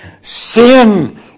Sin